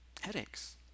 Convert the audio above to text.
headaches